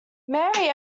mary